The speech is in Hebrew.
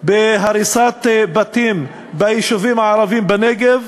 בהריסת בתים ביישובים הערביים בנגב.